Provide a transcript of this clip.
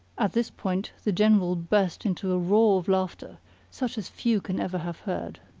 at this point the general burst into a roar of laughter such as few can ever have heard.